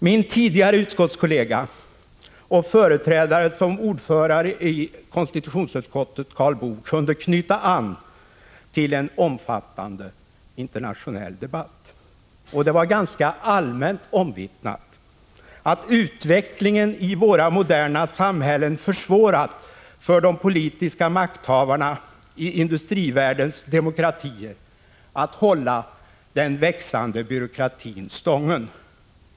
Min tidigare utskottskollega och företrädare som ordförande i konstitutionsutskottet Karl Boo kunde knyta an till en omfattande internationell debatt. Det var ganska allmänt omvittnat att utvecklingen i våra moderna samhällen försvårat för de politiska makthavarna i industrivärldens demokratier att hålla den växande byråkratin stången.